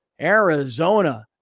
Arizona